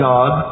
God